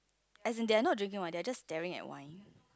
as in they are not drinking wine they are just staring at wine